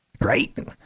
Right